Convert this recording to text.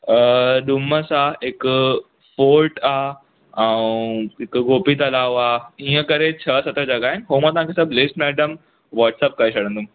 डुमस आहे हिकु पोर्ट आहे ऐं हिकु गोपी तलाव आहे ईंअ करे छह सत जॻह आहिनि उहो मां तव्हांखे सभ लिस्ट मैडम वाट्सप करे छॾंदुमि